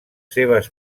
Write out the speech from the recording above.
seves